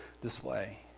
display